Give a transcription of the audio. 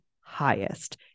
highest